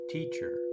Teacher